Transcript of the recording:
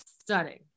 stunning